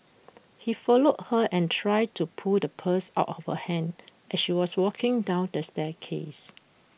he followed her and tried to pull the purse out of her hand as she was walking down the staircase